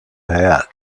hat